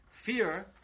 fear